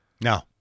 No